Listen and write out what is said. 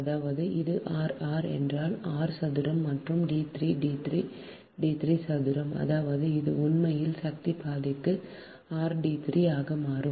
அதாவது இது r r என்றால் r சதுரம் மற்றும் d3 d3 d3 சதுரம் அதாவது இது உண்மையில் சக்தி பாதிக்கு rd3 ஆக மாறும்